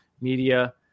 media